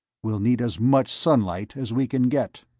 we'll need as much sunlight as we can get.